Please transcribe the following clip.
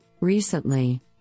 Recently